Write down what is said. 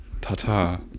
Ta-ta